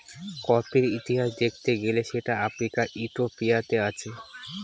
কফির ইতিহাস দেখতে গেলে সেটা আফ্রিকার ইথিওপিয়াতে আছে